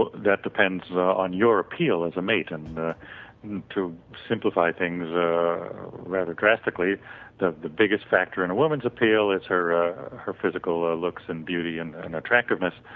but that depends on your appeal as a mate and to simplify things rather drastically the the biggest factor in a woman's appeal is her ah her physical looks and beauty and and attractiveness.